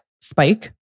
spike